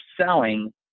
selling